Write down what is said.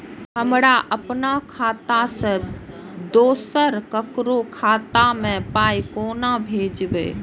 हमरा आपन खाता से दोसर ककरो खाता मे पाय कोना भेजबै?